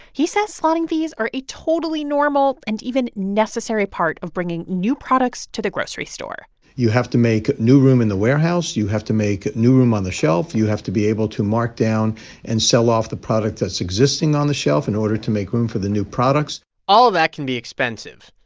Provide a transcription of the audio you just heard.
he says slotting fees are a totally normal and even necessary part of bringing new products to the grocery store you have to make new room in the warehouse. you have to make a new room on the shelf. you have to be able to mark down and sell off the product that's existing on the shelf in order to make room for the new products all of that can be expensive.